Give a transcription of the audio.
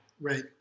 right